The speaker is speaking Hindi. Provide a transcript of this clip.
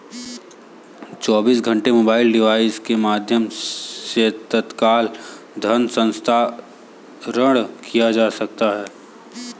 चौबीसों घंटे मोबाइल डिवाइस के माध्यम से तत्काल धन हस्तांतरण किया जा सकता है